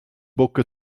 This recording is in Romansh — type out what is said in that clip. buca